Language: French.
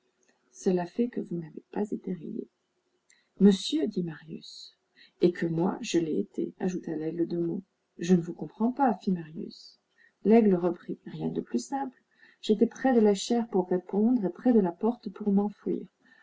cela fait que vous n'avez pas été rayé monsieur dit marius et que moi je l'ai été ajouta laigle de meaux je ne vous comprends pas fit marius laigle reprit rien de plus simple j'étais près de la chaire pour répondre et près de la porte pour m'enfuir